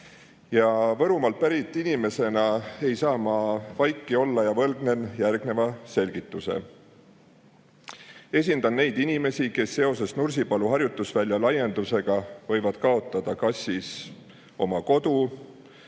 Võrumaalt pärit inimesena ei saa ma vaiki olla ja võlgnen järgneva selgituse. Esindan neid inimesi, kes seoses Nursipalu harjutusvälja laiendusega võivad kaotada kas siis oma kodu,